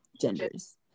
genders